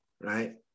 right